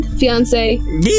fiance